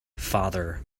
father